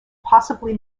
possibly